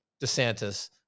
DeSantis